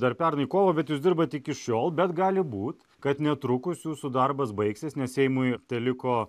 dar pernai kovą bet jūs dirbat iki šiol bet gali būt kad netrukus jūsų darbas baigsis nes seimui teliko